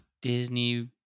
Disney